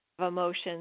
emotions